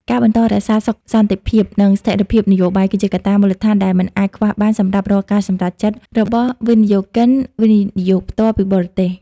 ការបន្តរក្សាសុខសន្តិភាព និងស្ថិរភាពនយោបាយ គឺជាកត្តាមូលដ្ឋានដែលមិនអាចខ្វះបានសម្រាប់រាល់ការសម្រេចចិត្តរបស់វិនិយោគិន វិនិយោគផ្ទាល់ពីបរទេស។